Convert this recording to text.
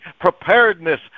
preparedness